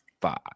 five